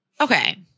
Okay